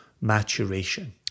maturation